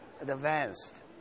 advanced